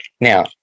Now